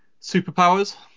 Superpowers